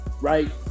right